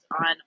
on